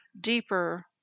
deeper